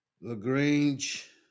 Lagrange